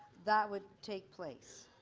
that would take place.